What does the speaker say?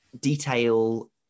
detail